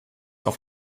auf